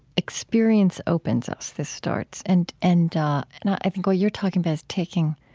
experience opens us, this starts, and and and i think what you're talking about is taking